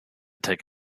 take